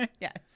Yes